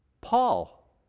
Paul